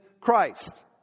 Christ